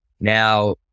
Now